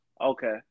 Okay